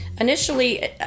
initially